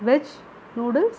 veg noodles